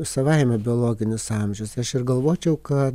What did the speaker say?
savaime biologinis amžius aš ir galvočiau kad